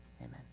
amen